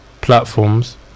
platforms